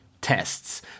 tests